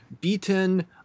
beaten